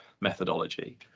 methodology